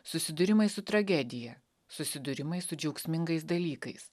susidūrimai su tragedija susidūrimai su džiaugsmingais dalykais